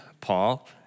Paul